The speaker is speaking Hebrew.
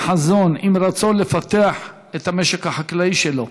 עם חזון, עם רצון לפתח את המשק החקלאי שלו.